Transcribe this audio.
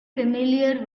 familiar